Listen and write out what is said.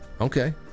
Okay